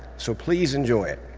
so please enjoy it.